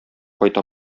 кайта